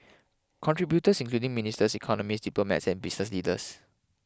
contributors including ministers economists diplomats and business leaders